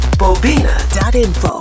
bobina.info